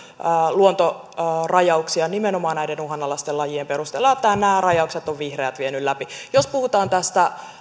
luontorajauksia nimenomaan näiden uhanalaisten lajien perusteella ja nämä rajaukset ovat vihreät vieneet läpi jos puhutaan tästä